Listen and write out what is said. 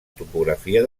topografia